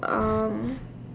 um